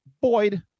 Boyd